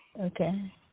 Okay